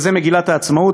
וזה מגילת העצמאות.